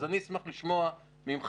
אז אני אשמח לשמוע ממך,